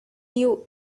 you